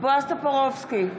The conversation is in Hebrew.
בועז טופורובסקי,